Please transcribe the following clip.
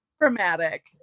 dramatic